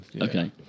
Okay